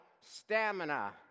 stamina